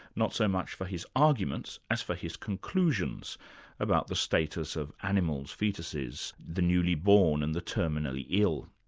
not so much for his arguments as for his conclusions about the status of animals, foetuses, the newly born and the terminally ill.